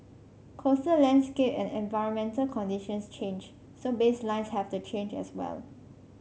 coastal landscape and environmental conditions change so baselines have to change as well